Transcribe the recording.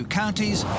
counties